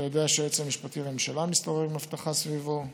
אתה יודע שהיועץ המשפטי לממשלה מסתובב עם אבטחה סביבו.